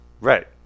Right